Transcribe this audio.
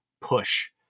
push